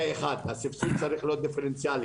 זה אחד, הסבסוד צריך להיות דיפרנציאלי.